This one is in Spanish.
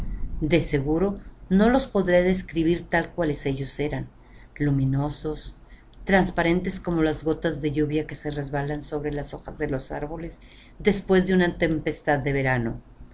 de seguro no los podré describir tales cuales ellos eran luminosos trasparentes como las gotas de la lluvia que se resbalan sobre las hojas de los árboles después de una tempestad de verano